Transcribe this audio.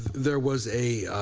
there was a